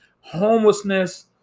homelessness